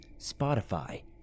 Spotify